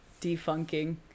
defunking